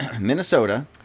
minnesota